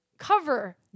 cover